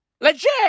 Legit